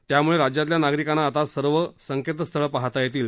त्यामुळे राज्यातल्या नागरिकांना आता सर्व वेबसा ठे पाहता येतील